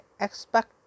expect